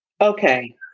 Okay